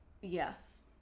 yes